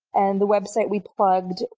and the website we plugged,